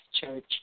Church